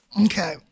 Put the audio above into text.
Okay